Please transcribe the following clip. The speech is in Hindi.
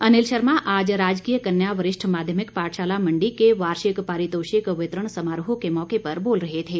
अनिल शर्मा आज राजकीय कन्या वरिष्ठ माध्यमिक पाठशाला मंडी के वार्षिक पारितोषिक वितरण समारोह के मौके पर बोल रहे थे